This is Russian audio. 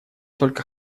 только